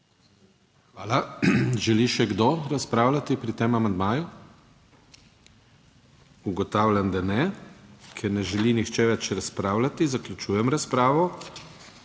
Želi še kdo razpravljati pri tem amandmaju? Ugotavljam, da ne. Ker ne želi nihče več razpravljati, zaključujem razpravo.